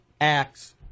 Acts